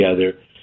together